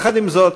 עם זאת,